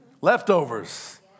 Leftovers